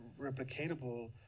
replicatable